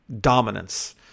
Dominance